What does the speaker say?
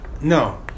No